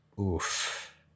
oof